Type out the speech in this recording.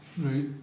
Right